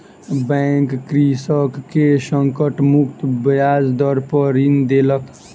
bank कृषक के संकट मुक्त ब्याज दर पर ऋण देलक